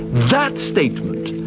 that statement,